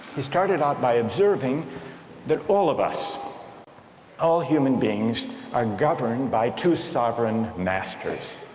he started out by observing that all of us all human beings are governed by two sovereign masters,